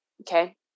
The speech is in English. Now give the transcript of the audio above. Okay